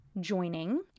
joining